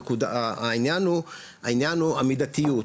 העניין הוא המידתיות,